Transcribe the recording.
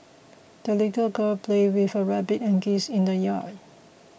the little girl played with her rabbit and geese in the yard